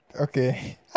Okay